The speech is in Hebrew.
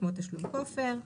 כמו תשלום כופר.